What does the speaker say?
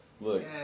look